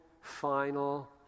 final